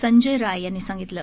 संजय राय यांनी सांगितलं